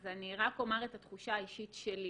אז אני רק אומר את התחושה האישית שלי,